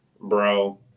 Bro